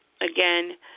again